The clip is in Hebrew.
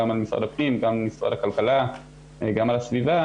לא כל כך ראיתי את ההסתייגויות שאדוני היושב-ראש הזכיר